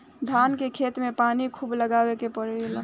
धान के खेत में पानी खुब लगावे के पड़ेला